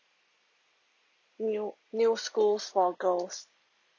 new new schools for girls